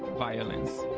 violence.